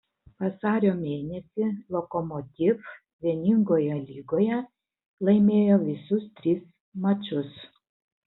vasario mėnesį lokomotiv vieningoje lygoje laimėjo visus tris mačus